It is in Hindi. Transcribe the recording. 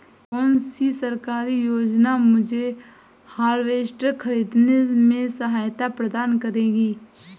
कौन सी सरकारी योजना मुझे हार्वेस्टर ख़रीदने में सहायता प्रदान करेगी?